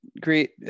great